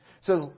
says